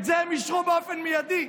את זה הם אישרו באופן מיידי.